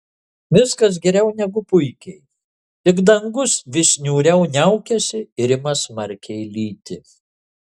viskas geriau negu puikiai tik dangus vis niūriau niaukiasi ir ima smarkiai lyti